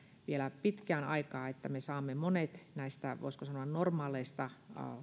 vielä pitkän aikaa että me saamme monet näistä voisiko sanoa normaaleista